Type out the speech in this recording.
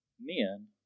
men